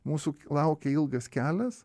mūsų laukia ilgas kelias